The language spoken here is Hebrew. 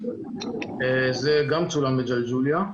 זה גם צולם בג'לג'וליה.